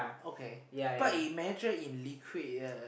okay but it measure in liquid eh